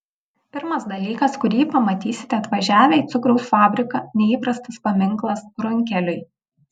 pirmas dalykas kurį pamatysite atvažiavę į cukraus fabriką neįprastas paminklas runkeliui